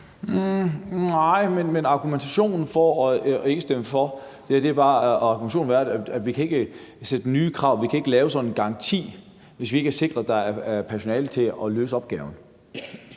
Nej, men argumentationen for ikke at stemme for var, at vi ikke kan stille nye krav og vi ikke kan lave en sådan garanti, hvis vi ikke har sikret, at der er personale til at løse opgaven.